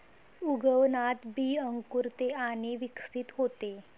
उगवणात बी अंकुरते आणि विकसित होते